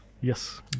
Yes